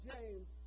James